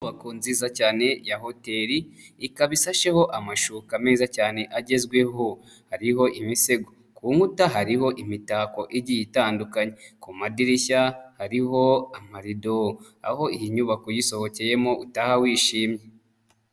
Inyuba nziza cyane ya hoteri, ikaba ishasheho amashuka meza cyane agezweho. Hariho imisego. Ku inkuta hariho imitako igiye itandukanye, kumadirishya hariho amarido aho iyi nyubako uyisohokeyemo utaha wishimye.